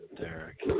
Derek